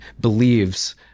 believes